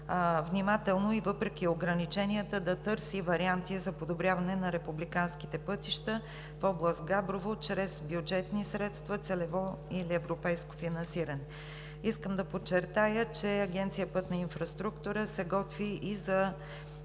програма и въпреки ограниченията да търси варианти за подобряване на републиканските пътища в област Габрово чрез бюджетни средства, целево или европейско финансиране. Искам да подчертая, че Агенция „Пътна инфраструктура“ се готви и за